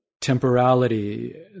temporality